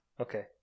okay